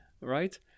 Right